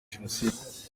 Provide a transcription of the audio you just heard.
jenoside